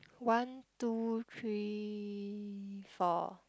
one two three four